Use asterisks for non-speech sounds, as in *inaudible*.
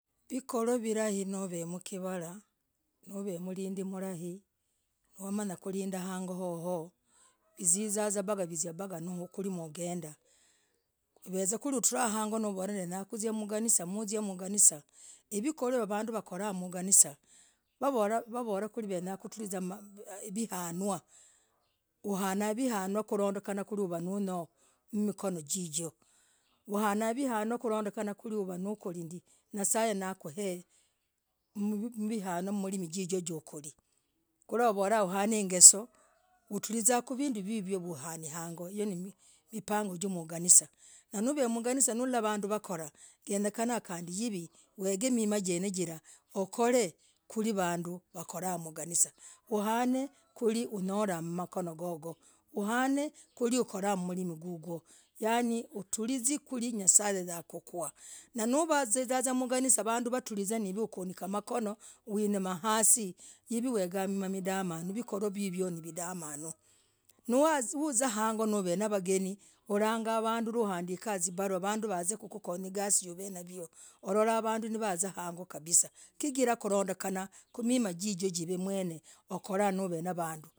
Vikhoro vulai navemkivarah no vemlindi mlai wamanyah kulindaa hang'oo hohoo iziza viziza pata kali no gendah ivezaa kwiri kwikara hang'oo no volah nenyakuzia mganisa no uziamganisah viiikoroo vanduu avakorah mganisa wavolah kuu wenyakutrizah vianuaa huanaa vianuaa kulondekena kuu nyoo mikono chichoo huanaa vianuaa no korii ndii nye'sa *hesitation* naku *hesitation* mihanuaa milimii jijoo nokolii kurahavollah huhan *hesitation* gesoo hutrizah kuvinduu vivivoo hunii hang'oo mpangoo jamkanisanah yenyekena kandii iv *hesitation* igiimimah jiraah hukor *hesitation* kwiri vanduu wakorah mganisa uwan *hesitation* kwerii unyolah umakono gogo uwan *hesitation* kwerii ukorah mmlimi gugwoh yani utrizii kwiri nye'sa *hesitation* yakukuwa novauzizah mganisa ukunikana makono unamaa hasii hiv *hesitation* uigamima midamaduu vikhoro vivivoo nivibamanuu nooz nouzia hang'oo novene vagenii no andika zibaruah vanduu waze *hesitation* kukukonya igasii no venayoo ulolah vanduu wavaa hang'oo kabisa chigirah kurondekanah mimaah jijoo kuv *hesitation* mwene ukorah no venavanduu.